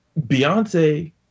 Beyonce